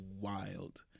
wild